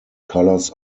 colors